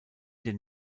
den